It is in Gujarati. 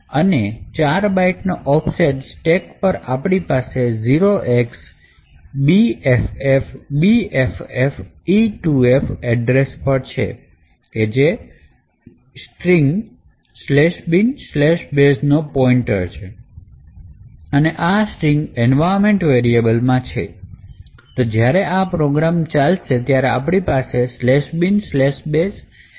અને ચાર બાઇટનો ઓફસેટ સ્ટેક પર આપણી પાસે 0xbffbffe25 એડ્રેસ પર છે કે જે સ્ટ્રિંગ binbashનો પોઇન્ટર છે અને આ સ્ટ્રિંગ એન્વાયરમેન્ટ વેરિયેબલ માં છે તો જ્યારે આ પ્રોગ્રામ ચાલશે ત્યારે આપણી પાસે binbash એક્ઝિક્યુટ થશે